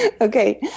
Okay